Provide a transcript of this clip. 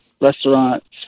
restaurants